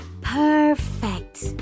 Perfect